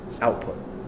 output